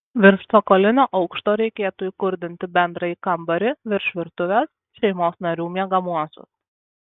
virš cokolinio aukšto reikėtų įkurdinti bendrąjį kambarį virš virtuvės šeimos narių miegamuosius